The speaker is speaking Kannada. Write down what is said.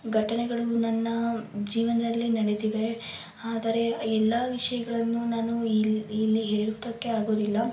ಘಟನೆಗಳು ನನ್ನ ಜೀವನದಲ್ಲಿ ನಡೆದಿವೆ ಆದರೆ ಎಲ್ಲ ವಿಷಯಗಳನ್ನು ನಾನು ಇಲ್ಲಿ ಇಲ್ಲಿ ಹೇಳುವುದಕ್ಕೆ ಆಗೊದಿಲ್ಲ